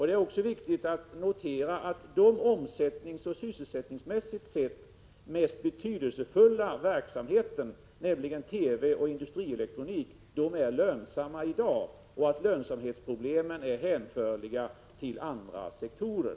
Det är också viktigt att notera att den omsättningsoch sysselsättningsmässigt sett mest betydelsefulla verksamheten, nämligen TV och industrielektronik, i dag är lönsam. Lönsamhetsproblemen är hänförliga till andra sektorer.